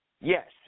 yes